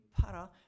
para